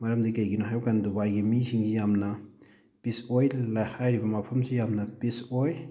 ꯃꯔꯝꯗꯤ ꯀꯩꯒꯤꯅꯣ ꯍꯥꯏꯕꯀꯥꯟꯗ ꯗꯨꯕꯥꯏꯒꯤ ꯃꯤꯁꯤꯡꯁꯤ ꯌꯥꯝꯅ ꯄꯤꯁ ꯑꯣꯏ ꯍꯥꯏꯔꯤꯕ ꯃꯐꯝ ꯑꯁꯤ ꯌꯥꯝꯅ ꯄꯤꯁ ꯑꯣꯏ